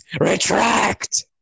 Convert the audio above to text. retract